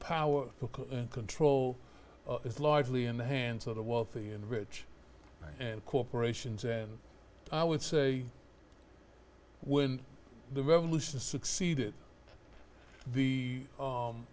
power and control is largely in the hands of the wealthy and the rich and corporations and i would say when the revolution succeeded the